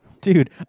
Dude